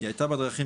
היא הייתה בדרכים